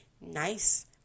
Nice